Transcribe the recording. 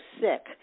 sick